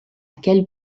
quel